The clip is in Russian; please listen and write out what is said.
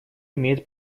имеет